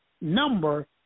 number